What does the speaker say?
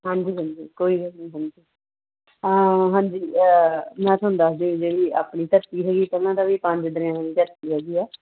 ਹਾਂਜੀ ਹਾਂਜੀ ਕੋਈ ਗੱਲ ਨਹੀਂ ਹਾਂਜੀ ਹਾਂਜੀ ਮੈਂ ਤੁਹਾਨੂੰ ਦੱਸਦੀ ਜਿਹੜੀ ਆਪਣੀ ਧਰਤੀ ਹੋਈ ਪਹਿਲਾਂ ਤਾਂ ਵੀ ਪੰਜ ਦਰਿਆਵਾਂ ਦੀ ਧਰਤੀ ਹੈਗੀ ਹੈ